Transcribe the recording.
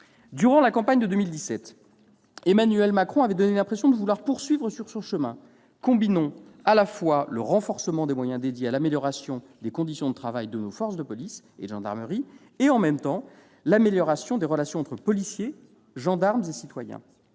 Durant la campagne de 2017, Emmanuel Macron avait donné l'impression de vouloir poursuivre sur cette voie, combinant à la fois le renforcement des moyens dédiés à l'amélioration des conditions de travail de nos forces de police et de gendarmerie et, « en même temps », l'amélioration des relations entre policiers, gendarmes et citoyens.